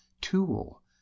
tool